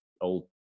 old